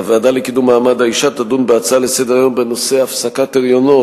הוועדה לקידום מעמד האשה תדון בהצעה לסדר-היום בנושא: הפסקת הריונות,